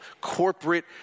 Corporate